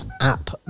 app